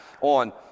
on